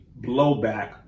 blowback